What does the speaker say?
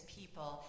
people